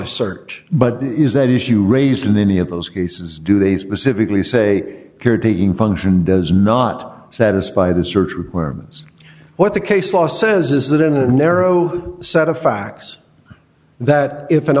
a search but is that issue raised in any of those cases do they specifically say caretaking function does not satisfy the search requirements what the case law says is that in a narrow set of facts that if an